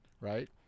right